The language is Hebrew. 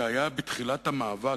שהיה בתחילת המאבק,